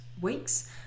weeks